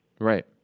Right